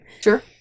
Sure